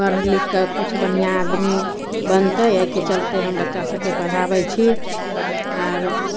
पढ़ि लिखिकऽ किछु बढ़िआँ आदमी बनतै एहिके चलिते हम बच्चासभकेँ पढ़ाबै छी आओर